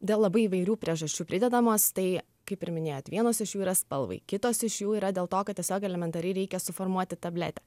dėl labai įvairių priežasčių pridedamos tai kaip ir minėjot vienos iš jų yra spalvai kitos iš jų yra dėl to kad tiesiog elementariai reikia suformuoti tabletę